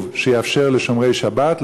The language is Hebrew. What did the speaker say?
שיאפשר לשומרי שבת לשאת חפצים בשבת?